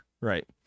right